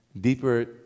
deeper